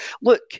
Look